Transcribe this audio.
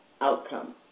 outcome